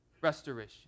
restoration